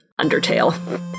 Undertale